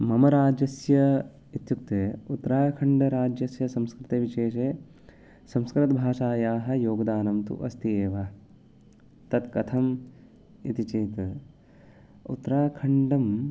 मम राज्यस्य इत्युक्ते उत्तराखण्डराज्यस्य संस्कृतविशेषे संस्कृतभाषायाः योगदानं तु अस्ति एव तत् कथम् इति चेत् उत्तराखण्डं